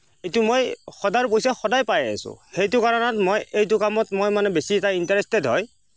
এইটোৰ মই সদাইৰ পইচা সদায় পাই আছোঁ সেইটো কাৰণত মই এইটো কামত মই মানে বেছি এটা ইনষ্টাৰেটেদ হয়